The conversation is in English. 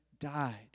died